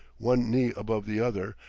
one knee above the other,